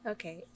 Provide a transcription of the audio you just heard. Okay